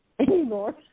anymore